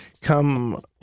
come